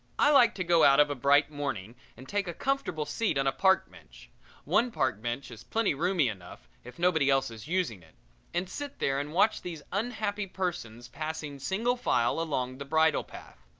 i like to go out of a bright morning and take a comfortable seat on a park bench one park bench is plenty roomy enough if nobody else is using it and sit there and watch these unhappy persons passing single file along the bridle-path.